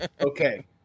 okay